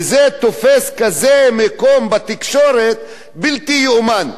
וזה תופס כזה מקום בתקשורת, בלתי ייאמן.